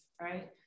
right